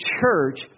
church